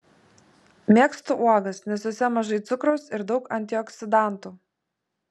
mėgstu uogas nes jose mažai cukraus ir daug antioksidantų